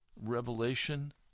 Revelation